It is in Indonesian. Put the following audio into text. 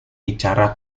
bicara